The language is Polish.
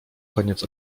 koniec